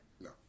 No